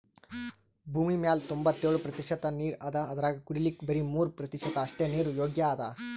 ಭೂಮಿಮ್ಯಾಲ್ ತೊಂಬತ್ತೆಳ್ ಪ್ರತಿಷತ್ ನೀರ್ ಅದಾ ಅದ್ರಾಗ ಕುಡಿಲಿಕ್ಕ್ ಬರಿ ಮೂರ್ ಪ್ರತಿಷತ್ ಅಷ್ಟೆ ನೀರ್ ಯೋಗ್ಯ್ ಅದಾ